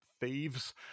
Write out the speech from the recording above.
thieves